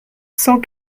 cent